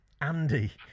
Andy